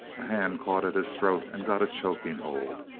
a hand caught at his throat and got a choking hold.